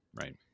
right